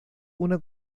una